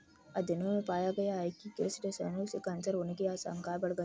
अध्ययनों में पाया गया है कि कृषि रसायनों से कैंसर होने की आशंकाएं बढ़ गई